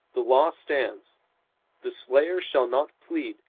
the law stands the slayer shall not plead,